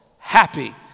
happy